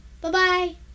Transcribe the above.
bye-bye